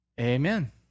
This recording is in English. Amen